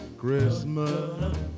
Christmas